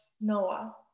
Noah